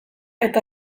eta